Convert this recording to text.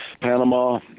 Panama